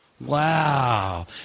Wow